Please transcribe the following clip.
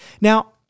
Now